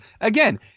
again